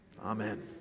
Amen